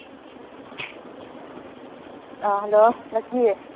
ꯑꯥ ꯍꯜꯂꯣ ꯉꯆꯤ